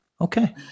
Okay